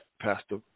Pastor